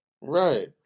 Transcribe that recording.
Right